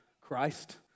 Christ